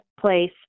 Place